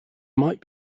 might